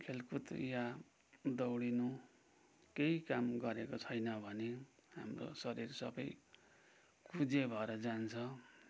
खेलकुद या दौडिनु केही काम गरेको छैन भने हाम्रो शरीर सबै कुँजे भएर जान्छ